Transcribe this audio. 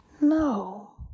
no